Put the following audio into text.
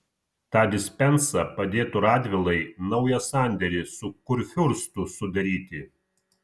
ta dispensa padėtų radvilai naują sandėrį su kurfiurstu sudaryti